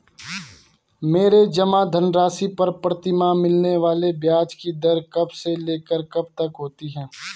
मेरे जमा धन राशि पर प्रतिमाह मिलने वाले ब्याज की दर कब से लेकर कब तक होती है?